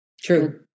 True